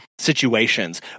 situations